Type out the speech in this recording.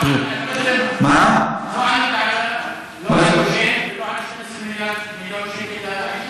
לא ענית על דושן ולא על 12 מיליון שקל לעישון,